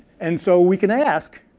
and so we can ask,